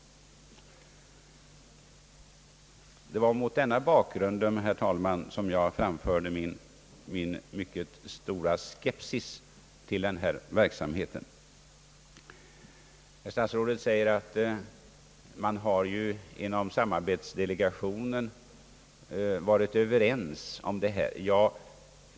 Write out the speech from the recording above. Det var mot denna bakgrund, herr talman, som jag framförde min mycket stora skepsis mot denna verksamhet. Herr statsrådet säger att man ju inom samarbetsdelegationen varit Ööverens om detta.